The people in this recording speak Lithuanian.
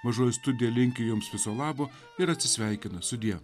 mažoji studija linki jums viso labo ir atsisveikina sudie